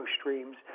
streams